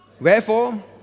Wherefore